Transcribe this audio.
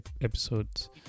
episodes